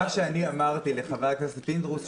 אני שאלתי לחבר הכנסת פינדרוס,